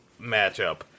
matchup